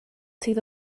sydd